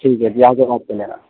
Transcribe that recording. ٹھیک ہے جی آ کے بات کر لینا